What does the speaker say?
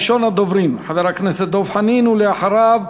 ראשון הדוברים, חבר הכנסת דב חנין, ואחריו,